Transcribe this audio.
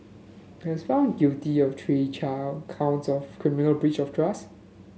he was found guilty of three counts of criminal breach of trust